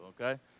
okay